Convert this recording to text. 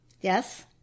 Yes